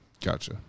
Gotcha